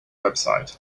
website